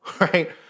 right